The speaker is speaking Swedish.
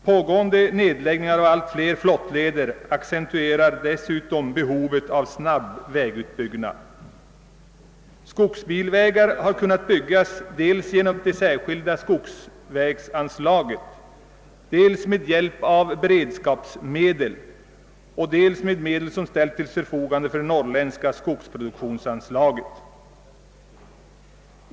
Pågående nedläggningar av allt fler flottleder accentuerar dessutom behovet av snabb vägutbyggnad. Skogsbilvägar har kunnat byggas dels genom det särskilda skogsvägsanslaget, dels med hjälp av beredskapsmedel och dels med medel som ställts till förfogande genom det norrländska skogsproduktionsanslaget.